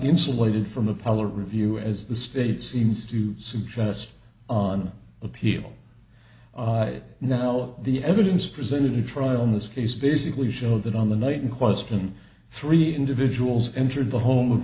insulated from the power review as the state seems to suggest on appeal now the evidence presented in a trial in this case basically showed that on the night in question three individuals entered the home of